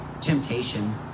temptation